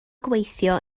gweithio